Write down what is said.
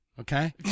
okay